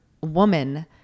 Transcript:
woman